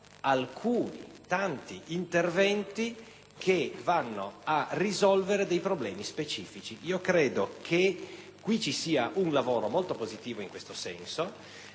alcuni - tanti - interventi che vanno a risolvere dei problemi specifici. Credo sia stato svolto un lavoro molto positivo in questo senso,